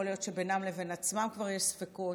יכול להיות שבינם לבין עצמם כבר יש ספקות,